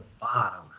bottom